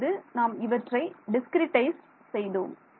அதாவது நாம் இவற்றை டிஸ்கிரிட்டைஸ் செய்தோம்